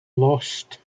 lost